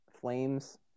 Flames